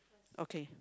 okay